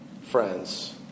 friends